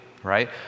right